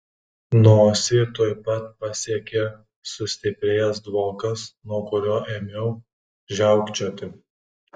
nosį tuoj pat pasiekė sustiprėjęs dvokas nuo kurio ėmiau žiaukčioti